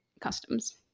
customs